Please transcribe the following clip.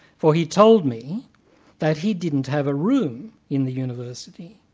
for he told me that he didn't have a room in the university,